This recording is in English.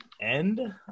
end